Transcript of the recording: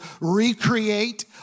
recreate